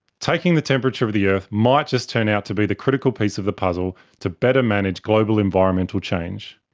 taking the temperature of the earth might just turn out to be the critical piece of the puzzle to better manage global environmental change.